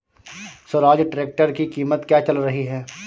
Swaraj tractor की कीमत क्या चल रही है?